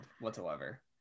whatsoever